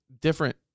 different